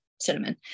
cinnamon